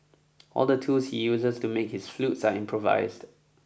all the tools he uses to make his flutes are improvised